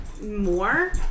More